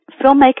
filmmaker